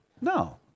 No